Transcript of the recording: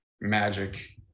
magic